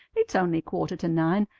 it's only quarter to nine,